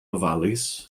ofalus